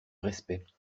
respect